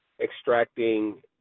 Extracting